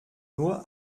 nur